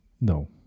No